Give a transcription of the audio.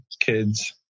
kids